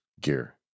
gear